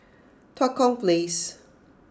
Tua Kong Place